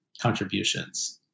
contributions